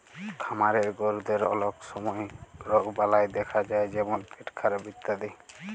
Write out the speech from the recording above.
খামারের গরুদের অলক সময় রগবালাই দ্যাখা যায় যেমল পেটখারাপ ইত্যাদি